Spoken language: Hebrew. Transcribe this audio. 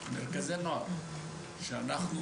מרכזי נוער של שיקום האסיר.